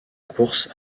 courses